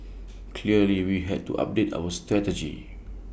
clearly we had to update our strategy